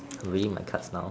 I'm reading my cards now